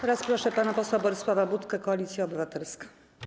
Teraz proszę pana posła Borysława Budkę, Koalicja Obywatelska.